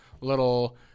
little